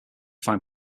find